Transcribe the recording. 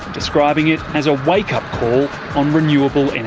describing it as a wake-up call on renewable and